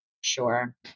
sure